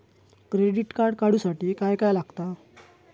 Credit card काढूसाठी काय काय लागत?